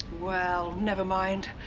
well, never mind.